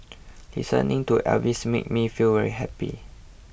listening to Elvis makes me feel very happy